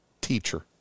Teacher